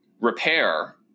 repair